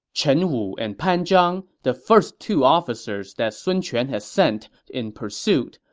chen wu and pan zhang, the first two officers that sun quan had sent in pursuit,